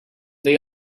they